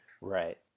right